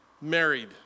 married